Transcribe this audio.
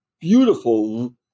beautiful